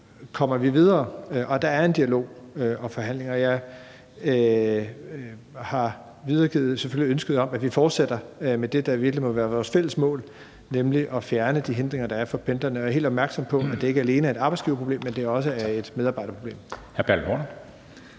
vi kommer videre. Og der er en dialog og forhandlinger. Jeg har selvfølgelig videregivet ønsket om, at vi fortsætter med det, der i virkeligheden må være vores fælles mål, nemlig at fjerne de hindringer, der er for pendlerne. Og jeg er helt opmærksom på, at det ikke alene er et arbejdsgiverproblem, men at det også er et medarbejderproblem.